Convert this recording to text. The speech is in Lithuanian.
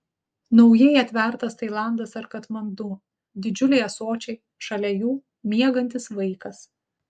naujai atvertas tailandas ar katmandu didžiuliai ąsočiai šalia jų miegantis vaikas